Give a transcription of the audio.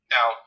Now